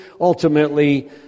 ultimately